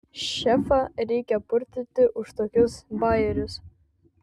šefą reikia purtyti už tokius bajerius